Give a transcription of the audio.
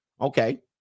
okay